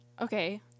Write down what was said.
Okay